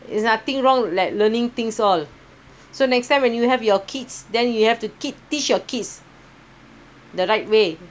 it's nothing wrong like learning things all so next time when you have your kids then you have to keep teach your kids the right way